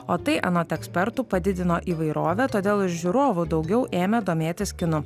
o tai anot ekspertų padidino įvairovę todėl ir žiūrovų daugiau ėmė domėtis kinu